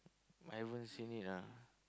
I haven't seen it ah